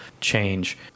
change